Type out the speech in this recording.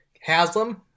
haslam